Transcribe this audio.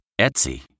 Etsy